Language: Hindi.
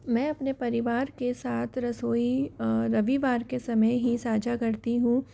मैं अपने परिवार के साथ रसोई रविवार के समय ही साझा करती हूँ